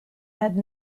had